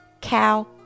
cow